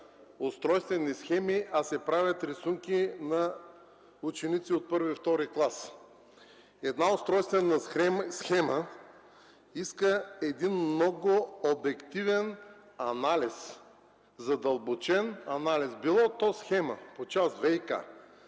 устройствени схеми, а се правят рисунки на ученици от първи и втори клас. Една устройствена схема иска един много обективен анализ, задълбочен анализ, било то схема по част ВиК,